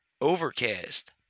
Overcast